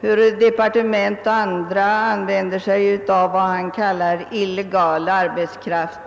hur departement och andra inrättningar använder sig av vad han kallar illegal arbetskraft.